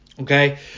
Okay